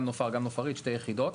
גם 'נופר', גם 'נופרית', שתי יחידות.